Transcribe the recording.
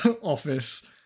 office